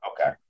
Okay